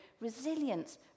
resilience